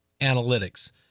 analytics